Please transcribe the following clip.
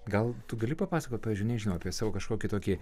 gal tu gali papasakot pavyzdžiui nežinau apie savo kažkokį tokį